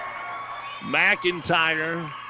McIntyre